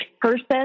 person